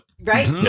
right